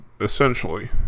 essentially